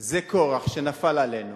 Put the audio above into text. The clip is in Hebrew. זה כורח שנפל עלינו,